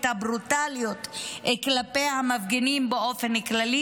בברוטליות כלפי המפגינים באופן כללי,